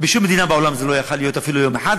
בשום מדינה בעולם זה לא היה יכול להיות אפילו יום אחד,